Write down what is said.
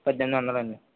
పద్దెనిమిది వందలండి